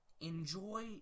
Enjoy